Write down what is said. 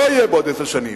לא יהיה בעוד עשר שנים.